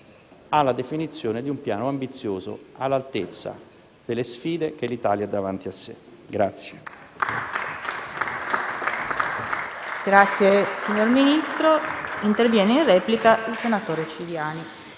alla definizione di un piano ambizioso all'altezza delle sfide che l'Italia ha davanti a sé.